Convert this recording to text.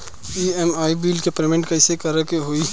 EMI bill के payment कइसे करे के होई?